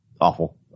awful